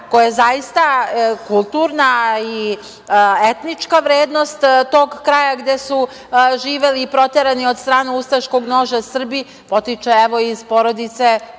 koje je zaista kulturna i etnička vrednost tog kraja gde su živeli i proterani od strane ustaškog noža Srbi, potiče evo iz porodice